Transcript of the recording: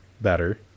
better